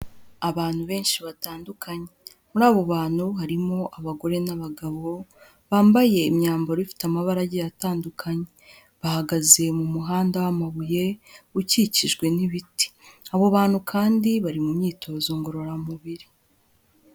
Abantu benshi batandukanye, muri abo bantu harimo abagore n'abagabo, bambaye imyambaro ifite amabara agiye atandukanye, bahagaze mu muhanda w'amabuye ukikijwe n'ibiti, abo bantu kandi bari mu myitozo ngororamubiri.